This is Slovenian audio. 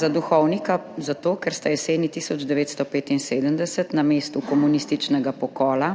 Za duhovnika zato, ker sta jeseni 1975 na mestu komunističnega pokola